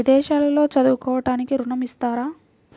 విదేశాల్లో చదువుకోవడానికి ఋణం ఇస్తారా?